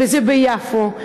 וזה ביפו,